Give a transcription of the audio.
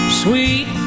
sweet